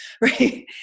Right